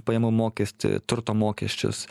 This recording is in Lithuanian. pajamų mokestį turto mokesčius